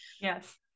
Yes